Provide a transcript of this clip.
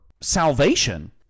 salvation